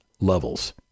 levels